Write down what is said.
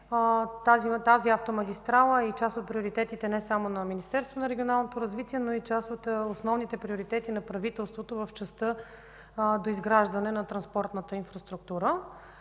Тази автомагистрала е част от приоритетите не само на Министерството на регионалното развитие, но и част от основните приоритети на правителството в частта доизграждане на транспортната инфраструктура.